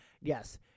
yes